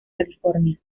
california